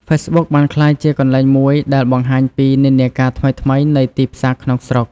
ហ្វេសប៊ុកបានក្លាយជាកន្លែងមួយដែលបង្ហាញពីនិន្នាការថ្មីៗនៃទីផ្សារក្នុងស្រុក។